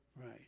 Right